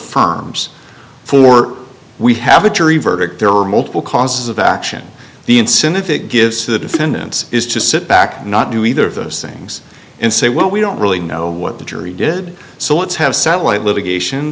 firms for we have a jury verdict there are multiple causes of action the incentive it gives to the defendants is to sit back not do either of those things and say well we don't really know what the jury did so let's have satellite litigation